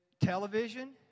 television